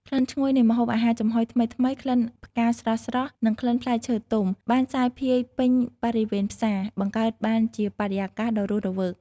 ក្លិនឈ្ងុយនៃម្ហូបអាហារចំហុយថ្មីៗ ក្លិនផ្កាស្រស់ៗ និងក្លិនផ្លែឈើទុំ បានសាយភាយពេញបរិវេណផ្សារ បង្កើតបានជាបរិយាកាសដ៏រស់រវើក។